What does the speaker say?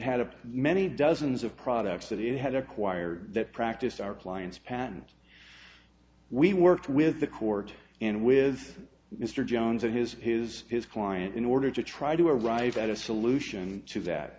a many dozens of products that it had acquired that practice our client's patent we worked with the court and with mr jones and his his his client in order to try to arrive at a solution to that